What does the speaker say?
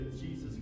Jesus